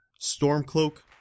Stormcloak